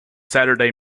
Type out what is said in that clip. saturday